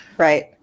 Right